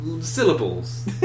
syllables